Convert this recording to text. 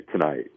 tonight